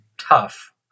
tough